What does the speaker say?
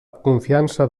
confiança